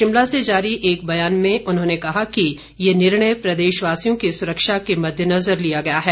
शिमला से जारी एक बयान में उन्होंने कहा कि ये निर्णय प्रदेशवासियों की सुरक्षा के मददेनजर लिया गया है